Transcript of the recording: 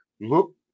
Look